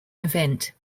event